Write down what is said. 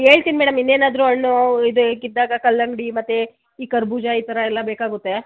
ಹೇಳ್ತೀನ್ ಮೇಡಮ್ ಇನ್ನೇನಾದರೂ ಹಣ್ಣು ಇದು ಬೇಕಿದ್ದಾಗ ಕಲ್ಲಂಗಡಿ ಮತ್ತೆ ಈ ಕರ್ಬೂಜ ಈ ಥರ ಎಲ್ಲ ಬೇಕಾಗುತ್ತೆ